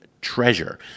treasure